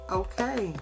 okay